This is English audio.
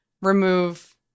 remove